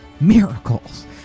Miracles